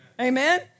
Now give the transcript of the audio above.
Amen